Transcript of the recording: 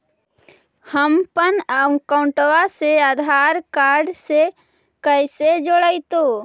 हमपन अकाउँटवा से आधार कार्ड से कइसे जोडैतै?